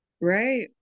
right